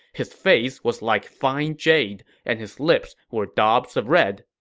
his face was like fine jade, and his lips were daubs of red.